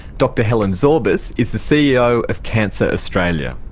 dr helen zorbas is the ceo of cancer australia.